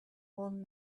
old